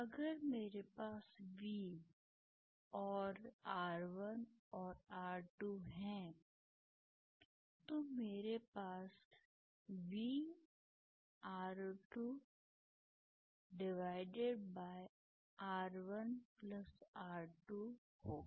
अगर मेरे पास V और R1 और R2 हैं तो मेरे पास VR2R1R2 होगा